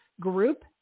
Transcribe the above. group